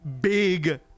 big